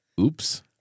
Oops